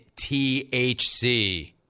THC